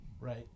Right